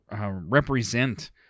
represent